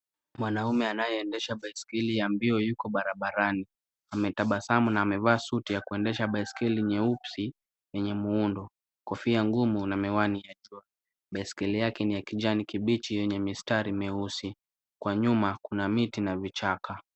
Mwanamume anayeendesha baisikeli ya mbio yuko barabarani. Ametabasamu na amevaa suti ya kuendesha baisikeli nyeusi yenye muundo, kofia ngumu na miwani ya jua. Baiskeli yake ni ya kijani kibichi yenye mistari meusi. Kwa nyuma kuna miti na vichaka.